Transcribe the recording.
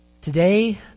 Today